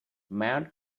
mount